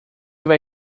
vai